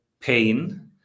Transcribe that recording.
pain